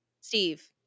steve